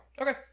Okay